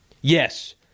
yes